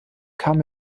kam